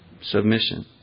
Submission